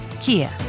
Kia